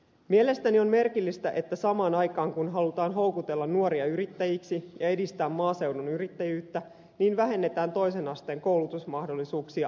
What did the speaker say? mielestäni on merkillistä että samaan aikaan kun halutaan houkutella nuoria yrittäjiksi ja edistää maaseudun yrittäjyyttä vähennetään toisen asteen koulutusmahdollisuuksia maaseudulla